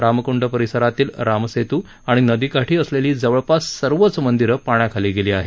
रामकंड परिसरातील राम सेतू आणि नदीकाठी असलेली जवळपास सर्वच मंदिरं पाण्याखाली गेली आहेत